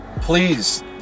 please